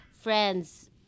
friends